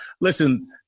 Listen